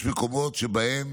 יש מקומות שבהם